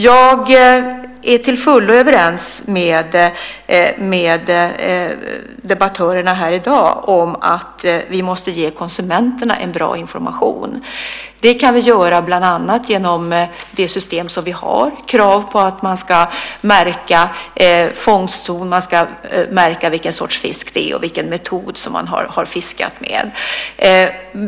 Jag är till fullo överens med debattörerna här i dag om att vi måste ge konsumenterna en bra information. Det kan vi göra bland annat genom det system som vi har - krav på att man ska märka med fångstzon, vilken sorts fisk det är och vilken fiskemetod som har använts.